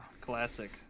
Classic